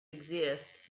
exist